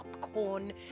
popcorn